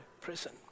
prison